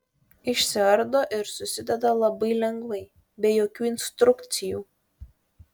išsiardo ir susideda labai lengvai be jokių instrukcijų